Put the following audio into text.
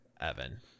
Evan